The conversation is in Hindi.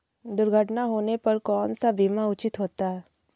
दुर्घटना होने पर कौन सा बीमा उचित होता है?